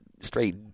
straight